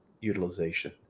utilization